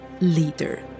leader